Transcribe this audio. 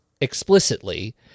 explicitly